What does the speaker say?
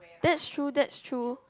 that's true that's true